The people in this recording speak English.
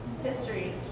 History